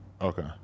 Okay